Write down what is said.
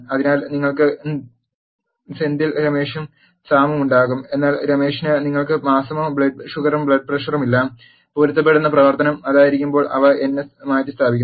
അതിനാൽ നിങ്ങൾക്ക് സെന്ധിൽ രാമേശും സാമും ഉണ്ടാകും എന്നാൽ രാമേഷിന് നിങ്ങൾക്ക് മാസമോ ബ്ലഡ് ഷുഗറും ബ്ലഡ് പ്രഷറും ഇല്ല പൊരുത്തപ്പെടുന്ന പ്രവർത്തനം അതായിരിക്കുമ്പോൾ അവ n s മാറ്റിസ്ഥാപിക്കുന്നു